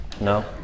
No